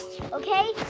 Okay